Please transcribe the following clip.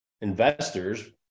investors